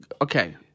okay